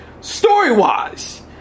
Story-wise